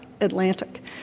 Atlantic